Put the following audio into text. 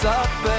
up